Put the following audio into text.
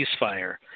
ceasefire